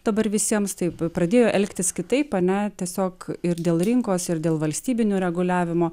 dabar visiems taip pradėjo elgtis kitaip mane tiesiog ir dėl rinkos ir dėl valstybinio reguliavimo